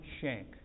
shank